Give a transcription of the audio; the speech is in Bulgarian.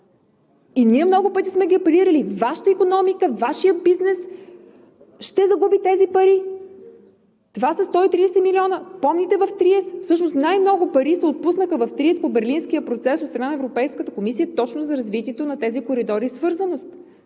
Ние много пъти сме апелирали: Вашата икономика, Вашият бизнес ще загубят тези пари. Това са 130 милиона! Всъщност най-много пари се отпуснаха в Триест по Берлинския процес от страна на Европейската комисия точно за развитието на тези коридори и свързаност.